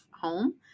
home